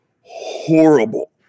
horrible